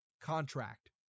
Contract